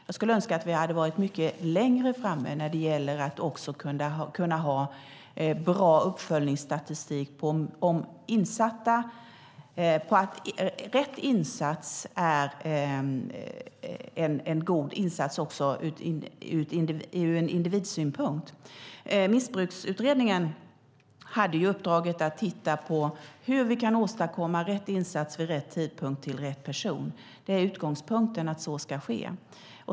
Jag skulle önska att vi varit mycket längre fram när det gäller uppföljningsstatistik på att rätt insats sätts in också ur individsynpunkt. Missbruksutredningen hade uppdraget att titta på hur vi kan åstadkomma rätt insats vid rätt tidpunkt till rätt person. Det är utgångspunkten att så ska ske.